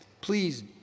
please